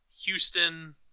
Houston